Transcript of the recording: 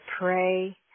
pray